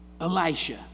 Elisha